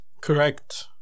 Correct